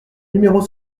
numéros